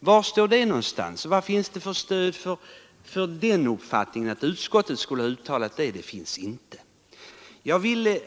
Var står det, och vad finns det för stöd för den uppfattningen att utskottet skulle ha uttalat något sådant? Det finns inte.